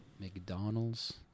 McDonald's